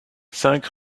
cinq